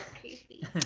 crazy